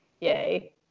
Yay